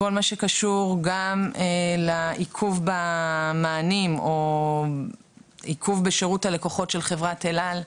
כל מה שקשור לעיכוב במענים או עיכוב בשירות הלקוחות של חברת אל על,